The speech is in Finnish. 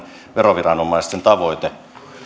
veroviranomaisten tavoite